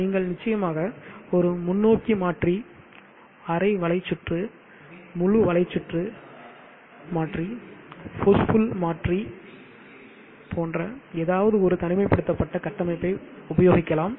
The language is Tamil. நீங்கள் நிச்சயமாக ஒரு முன்னோக்கி மாற்றி அரை வலைச்சுற்று முழு வலைச்சுற்று மாற்றி புஷ் புல் மாற்றி போன்ற ஏதாவது ஒரு தனிமைப்படுத்தப்பட்ட கட்டமைப்பை உபயோகிக்கலாம்